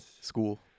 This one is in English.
school